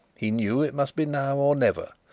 he knew it must be now or never.